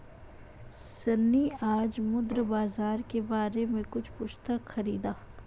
सन्नी आज मुद्रा बाजार के बारे में कुछ पुस्तक खरीदा